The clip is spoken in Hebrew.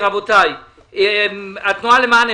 חנה,